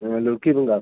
ᱦᱮᱸ ᱞᱚᱲᱠᱤ ᱵᱮᱜᱟᱲ